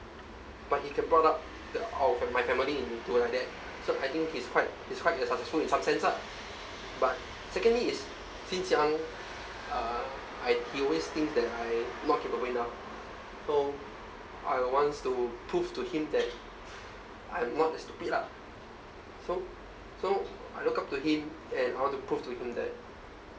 but he can brought up th~ our my family into like that so I think he's quite he's quite uh successful in some sense lah but secondly is since young uh I he always thinks that I not capable enough so I wants to prove to him that I'm not that stupid lah so so I look up to him and I want to prove to him that